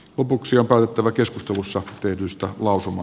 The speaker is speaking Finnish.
lopuksi on oltava keskustelussa tehdystä lausuma